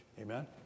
Amen